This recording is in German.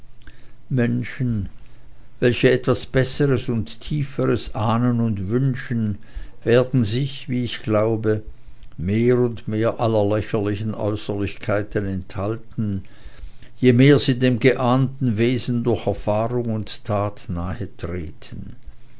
menschen welche etwas besseres und tieferes ahnen und wünschen werden sich wie ich glaube mehr und mehr aller lächerlichen äußerlichkeiten enthalten je mehr sie dem geahnten wesen durch erfahrung und tat nahe treten